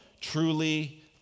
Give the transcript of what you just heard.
truly